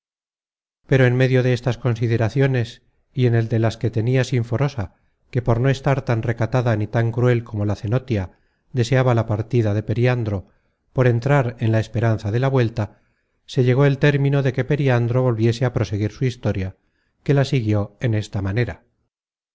pero en medio de estas consideraciones y en el de las que tenia sinforosa que por no estar tan recatada ni tan cruel como la cenotia deseaba la partida de periandro por entrar en la esperanza de la vuelta se llegó el término de que periandro volviese á proseguir su historia que la siguió en esta manera